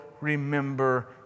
remember